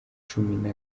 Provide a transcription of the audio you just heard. cumi